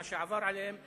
מה שעבר עליהם.